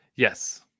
Yes